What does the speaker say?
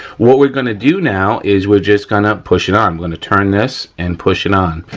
what we're gonna do now is we're just gonna push it on. i'm gonna turn this and push it on.